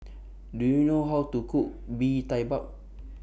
Do YOU know How to Cook Bee Tai Bak